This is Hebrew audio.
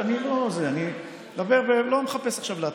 אני לא מחפש עכשיו להתריס.